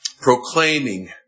proclaiming